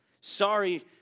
Sorry